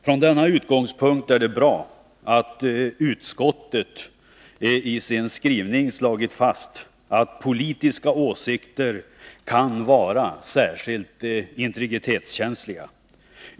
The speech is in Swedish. Från denna utgångspunkt är det bra att utskottet i sin skrivning slagit fast att politiska åsikter kan vara särskilt integritetskänsliga.